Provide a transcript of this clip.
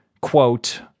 quote